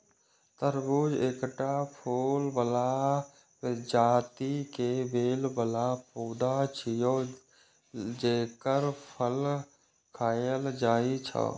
तरबूज एकटा फूल बला प्रजाति के बेल बला पौधा छियै, जेकर फल खायल जाइ छै